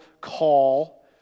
call